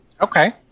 Okay